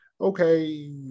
Okay